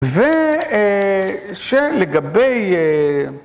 ושלגבי